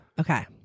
Okay